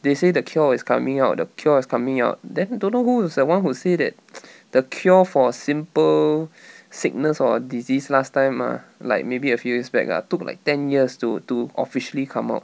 they say the cure is coming out the cure is coming out then don't know who is the one who say that the cure for simple sickness or disease last time mah like maybe a few years back ah took like ten years to to officially come out